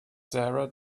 sarah